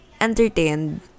entertained